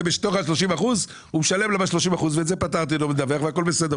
זה בתוך ה-30% והוא משלם לה מה-30% וזה פטרתם אותו מלדווח והכול בסדר,